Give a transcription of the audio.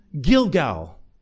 Gilgal